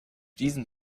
diesen